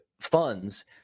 funds